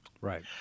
Right